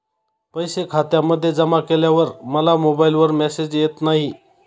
पैसे खात्यामध्ये जमा केल्यावर मला मोबाइलवर मेसेज येत नाही?